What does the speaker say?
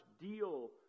deal